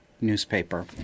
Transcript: newspaper